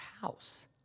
house